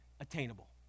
attainable